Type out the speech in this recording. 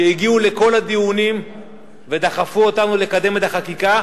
שהגיעו לכל הדיונים ודחפו אותנו לקדם את החקיקה,